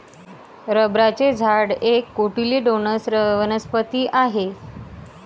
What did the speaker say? रबराचे झाड एक कोटिलेडोनस वनस्पती आहे